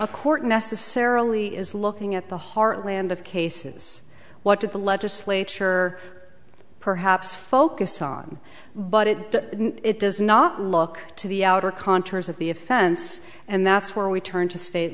a court necessarily is looking at the heartland of cases what did the legislature perhaps focus on but it does it does not look to the outer contours of the offense and that's where we turn to state